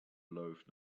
loaf